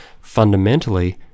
fundamentally